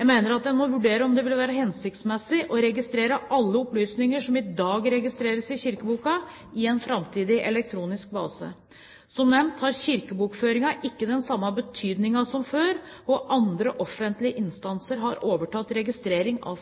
Jeg mener at en må vurdere om det vil være hensiktsmessig å registrere alle opplysninger som i dag registreres i kirkeboka, i en framtidig elektronisk base. Som nevnt har kirkebokføringen ikke den samme betydningen som før, og andre offentlige instanser har overtatt registrering av